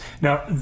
Now